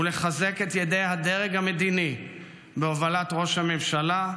ולחזק את ידי הדרג המדיני בהובלת ראש הממשלה,